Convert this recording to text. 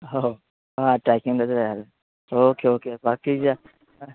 हो हां ट्रॅकिंग तसंच आहे ओखे ओके ओ बाकीचे हां